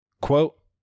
Quote